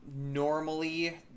Normally